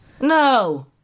No